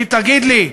כי, תגיד לי,